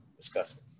discuss